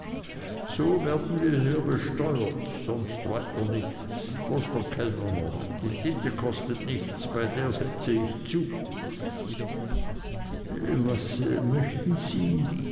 so werden wir hier besteuert sonst weiter nichts bloß der kellner noch die tinte kostet nichts bei der setze ich zu was möchten sie